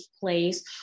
place